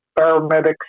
paramedics